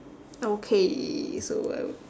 okay so I will